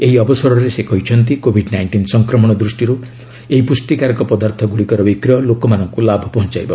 ଏହି ଅବସରରେ ସେ କହିଛନ୍ତି କୋବିଡ୍ ନାଇଷ୍ଟିନ୍ ସଂକ୍ରମଣ ଦୃଷ୍ଟିରୁ ଏହି ପୁଷ୍ଟିକାରକ ପଦାର୍ଥଗୁଡ଼ିକର ବିକ୍ରୟ ଲୋକମାନଙ୍କୁ ଲାଭ ପହଞ୍ଚାଇବ